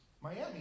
Miami